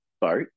boat